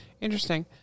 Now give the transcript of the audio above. interesting